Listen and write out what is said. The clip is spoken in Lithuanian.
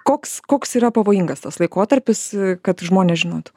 koks koks yra pavojingas tas laikotarpis kad žmonės žinotų